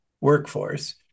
workforce